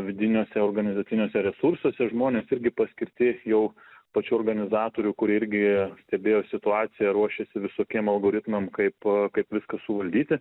vidiniuose organizaciniuose resursuose žmonės irgi paskirti jau pačių organizatorių kurie irgi stebėjo situaciją ruošėsi visokiem algoritmam kaip kaip viską suvaldyti